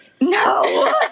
No